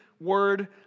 word